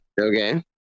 Okay